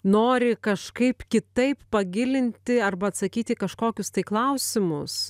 nori kažkaip kitaip pagilinti arba atsakyti į kažkokius tai klausimus